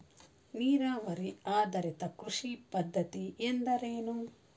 ನೀರಾವರಿ ಆಧಾರಿತ ಕೃಷಿ ಪದ್ಧತಿ ಎಂದರೇನು?